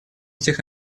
этих